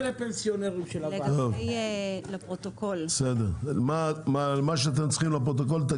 תגידו לפרוטוקול את מה שאתם צריכים.